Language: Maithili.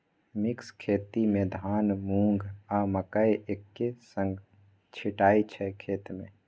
मिक्स खेती मे धान, मुँग, आ मकय एक्के संगे छीटय छै खेत मे